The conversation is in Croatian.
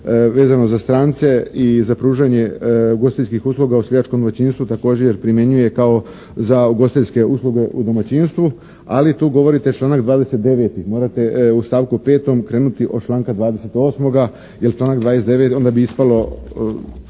vezano za strance i za pružanje ugostiteljskih usluga u seljačkom domaćinstvu također primjenjuje kao za ugostiteljske usluge u domaćinstvu, ali tu govorite članak 29., morate u stavku 5. krenuti od članka 28. jer članak 29., onda bi ispalo,